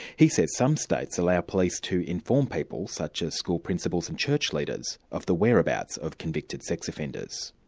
he says some states allow police to inform people such as school principals and church leaders of the whereabouts of convicted sex offenders.